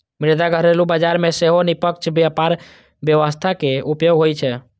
मुदा घरेलू बाजार मे सेहो निष्पक्ष व्यापार व्यवस्था के उपयोग होइ छै